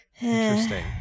interesting